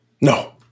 No